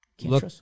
look